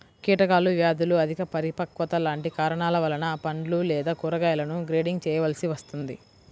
కీటకాలు, వ్యాధులు, అధిక పరిపక్వత లాంటి కారణాల వలన పండ్లు లేదా కూరగాయలను గ్రేడింగ్ చేయవలసి వస్తుంది